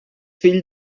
fill